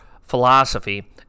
philosophy